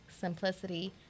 Simplicity